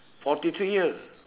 forty three years